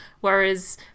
Whereas